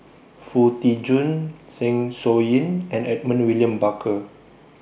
Foo Tee Jun Zeng Shouyin and Edmund William Barker